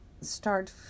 start